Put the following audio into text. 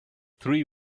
three